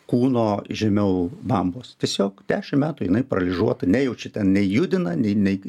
kūno žemiau bambos tiesiog dešimt metų jinai paralyžiuota nejaučia ten nejudina nei nei